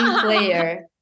player